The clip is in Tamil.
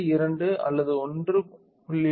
2 அல்லது 1